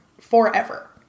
forever